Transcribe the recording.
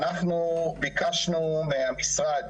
אנחנו ביקשנו מהמשרד